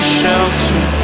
Shelter